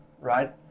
right